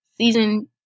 Season